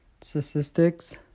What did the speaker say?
statistics